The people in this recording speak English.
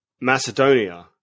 Macedonia